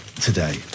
today